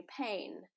pain